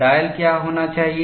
dial क्या होना चाहिए